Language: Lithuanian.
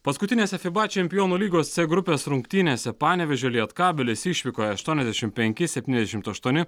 paskutinėse fiba čempionų lygos c grupės rungtynėse panevėžio lietkabelis išvykoje aštuoniasdešimt penki septyniasdešimt aštuoni